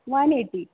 one eighty